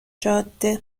جاده